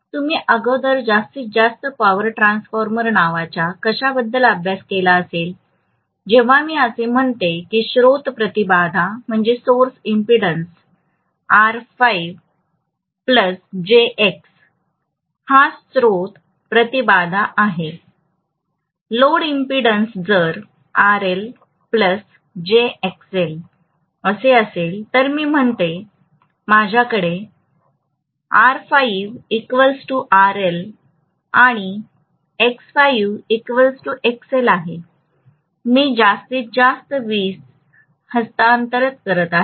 तुम्ही अगोदर जास्तीत जास्त पॉवर ट्रान्सफर नावाच्या कशाबद्दल अभ्यास केला असेल जेव्हा मी असे म्हणतो की स्त्रोत प्रतिबाधा हा स्त्रोत प्रतिबाधा आहे लोड इंपॅडेंस जर असे असेल तर मी म्हणतो तर माझ्याकडे आणि आहे मी जास्तीत जास्त वीज हस्तांतरण करणार आहे